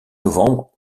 novembre